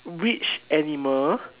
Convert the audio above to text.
which animal